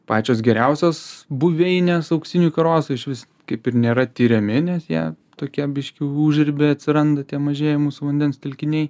pačios geriausios buveinės auksinių karosų išvis kaip ir nėra tiriami nes jie tokie biški užribiai atsiranda tie mažieji mūsų vandens telkiniai